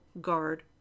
guard